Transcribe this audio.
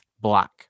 Black